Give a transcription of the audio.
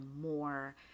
more